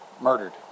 Murdered